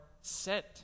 sent